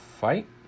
fight